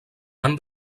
han